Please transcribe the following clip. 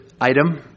item